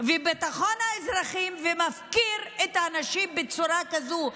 וביטחון האזרחים, והוא מפקיר את הנשים בצורה כזאת?